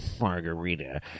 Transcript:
margarita